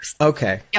okay